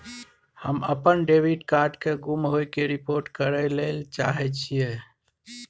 हम अपन debit card के गुम होय के रिपोर्ट करय ले चाहय छियै